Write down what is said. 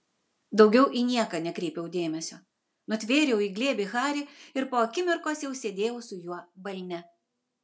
daugiau į nieką nekreipiau dėmesio nutvėriau į glėbį harį ir po akimirkos jau sėdėjau su juo balne